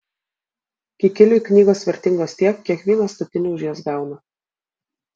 kikiliui knygos vertingos tiek kiek vyno statinių už jas gauna